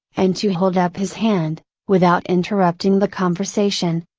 and to hold up his hand, without interrupting the conversation,